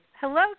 hello